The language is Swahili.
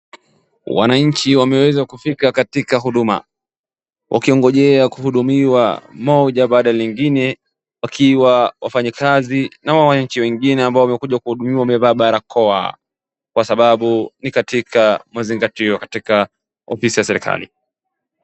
Wananchi wameweza kufika katika huduma wakiongojea kuhudumiwa moja baada ya mwingine wakiwa wafanyakazi na wananchi wengine wamekuja kuhudumiwa wamevaa barakoa kwa sababu ni katika mazingaio katika ofisi ya serekali.